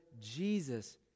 Jesus